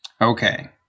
Okay